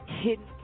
hidden